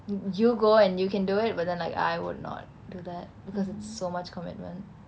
you you go and you can do it but then like I would not do that because it's so much commitment